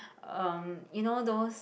um you know those